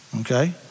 Okay